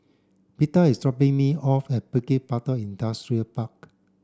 Beda is dropping me off at Bukit Batok Industrial Park